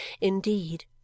Indeed